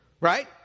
right